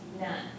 None